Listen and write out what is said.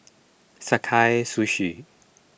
Sakae Sushi